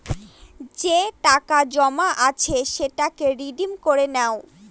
যে টাকা জমা আছে সেটাকে রিডিম করে নাও